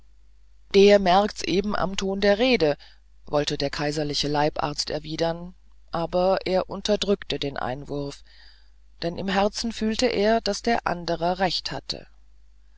der merkt's eben am ton der rede wollte der herr kaiserliche leibarzt erwidern aber er unterdrückte den einwurf denn im herzen fühlte er daß der andere recht hatte